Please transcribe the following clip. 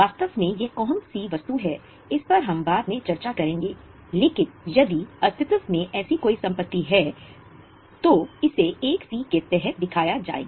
वास्तव में यह कौन सी वस्तु है इस पर हम बाद में चर्चा करेंगे लेकिन यदि अस्तित्व में ऐसी कोई संपत्ति है तो इसे 1 के तहत दिखाया जाएगा